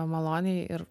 maloniai ir